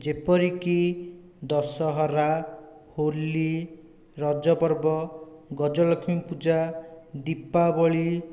ଯେପରିକି ଦଶହରା ହୋଲି ରଜପର୍ବ ଗଜଲକ୍ଷ୍ମୀ ପୂଜା ଦୀପାବଳି